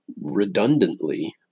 redundantly